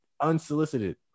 unsolicited